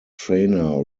trainer